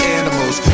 animals